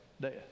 death